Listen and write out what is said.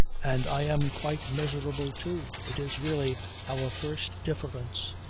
and i am quite miserable too. it is really our first difference.